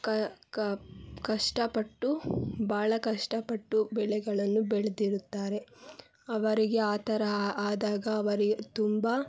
ಕ ಕ ಕಷ್ಟಪಟ್ಟು ಭಾಳ ಕಷ್ಟಪಟ್ಟು ಬೆಳೆಗಳನ್ನು ಬೆಳೆದಿರುತ್ತಾರೆ ಅವರಿಗೆ ಆ ಥರ ಆದಾಗ ಅವರಿಗೆ ತುಂಬ